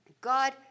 God